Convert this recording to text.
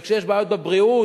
וכשיש בעיות בבריאות,